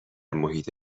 محیط